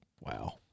Wow